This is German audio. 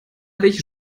welche